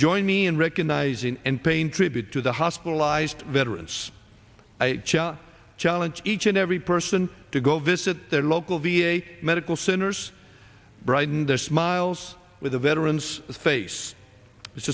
join me in recognizing and pain tribute to the hospitalized veterans i challenge each and every person to go visit their local v a medical centers brighten their smiles with the veterans face